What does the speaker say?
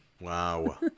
Wow